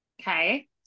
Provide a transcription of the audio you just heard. Okay